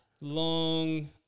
Long